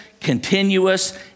continuous